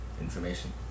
Information